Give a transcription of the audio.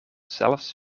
zelfs